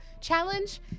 Challenge